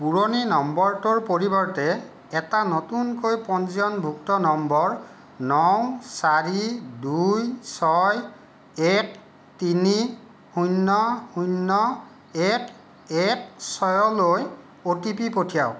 পুৰণি নম্বৰটোৰ পৰিৱৰ্তে এটা নতুনকৈ পঞ্জীয়নভুক্ত নম্বৰ ন চাৰি দুই ছয় এক তিনি শূন্য শূন্য এক এক ছয়লৈ অ' টি পি পঠিয়াওক